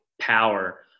power